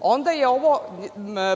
onda je ovo,